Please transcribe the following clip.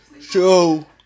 show